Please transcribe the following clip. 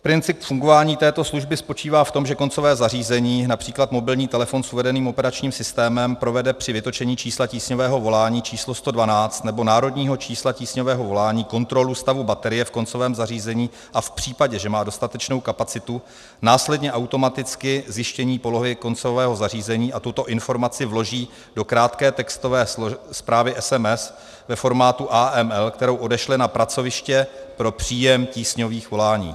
Princip fungování této služby spočívá v tom, že koncové zařízení, například mobilní telefon s uvedeným operačním systémem, provede při vytočení čísla tísňového volání čísla 112 nebo národního čísla tísňového volání, kontrolu stavu baterie v koncovém zařízení a v případě, že má dostatečnou kapacitu, následně automaticky zjištění polohy koncového zařízení a tuto informaci vloží do krátké textové zprávy SMS ve formátu AML, kterou odešle na pracoviště pro příjem tísňových volání.